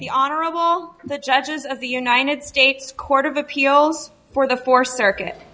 the honorable the judges of the united states court of appeals for the four circuit